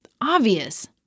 obvious